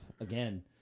again